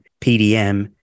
pdm